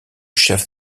chef